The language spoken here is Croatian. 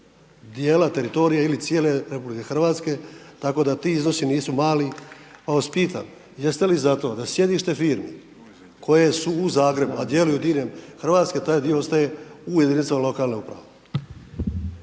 djela teritorija ili cijele RH tako da ti iznosi nisu mali pa vas pitam, jeste li zato da sjedište firme koje su u Zagrebu a djeluju diljem Hrvatske, taj dio ostaje u jedinicama lokalnih uprava?